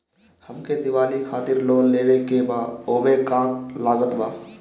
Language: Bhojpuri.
हमके दिवाली खातिर लोन लेवे के बा ओमे का का लागत बा?